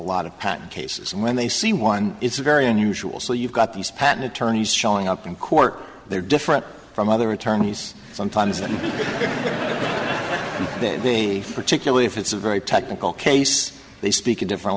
lot of patent cases and when they see one it's very unusual so you've got these patent attorneys showing up in court they're different from other attorneys sometimes and then the particularly if it's a very technical case they speak a different